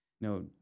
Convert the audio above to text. no